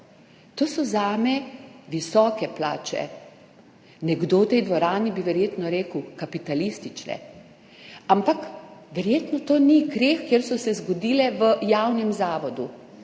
To so zame visoke plače. Nekdo v tej dvorani bi verjetno rekel kapitalistične, ampak verjetno to ni greh, ker so se zgodile v javnem zavodu.